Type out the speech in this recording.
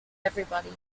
everybody